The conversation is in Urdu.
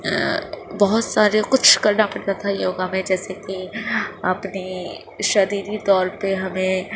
بہت سارے کچھ کرنا پڑتا تھا یوگا میں جیسے کہ اپنی شریری طور پہ ہمیں